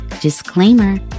disclaimer